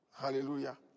Hallelujah